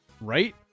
right